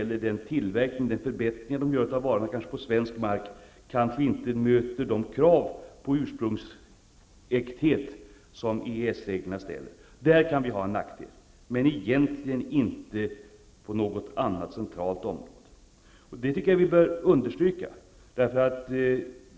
Den tillverkning och förbättring de gör av varorna på svensk mark möter kanske inte de krav på ursprungsäkthet som EES-reglerna ställer. I detta avseende kan vi ha en nackdel, men egentligen inte på något annat centralt område. Detta tycker jag att vi bör understryka.